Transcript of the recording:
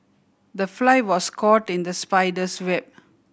the fly was caught in the spider's web